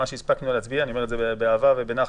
אני אומר את זה באהבה ובנחת.